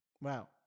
wow